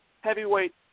heavyweight